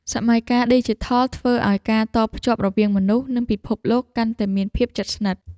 សម័យកាលឌីជីថលធ្វើឱ្យការតភ្ជាប់រវាងមនុស្ស និងពិភពលោកកាន់តែមានភាពជិតស្និទ្ធ។